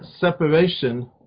separation